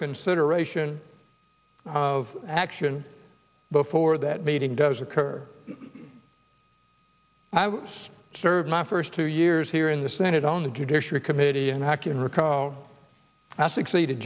consideration of action before that meeting does occur i was served my first two years here in the senate on the judiciary committee and how can recall i succeeded